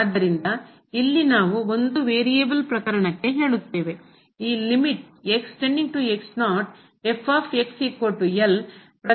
ಆದ್ದರಿಂದ ಇಲ್ಲಿ ನಾವು ಒಂದು ವೇರಿಯಬಲ್ ಪ್ರಕರಣಕ್ಕೆ ಹೇಳುತ್ತೇವೆ ಈ ಪ್ರತಿ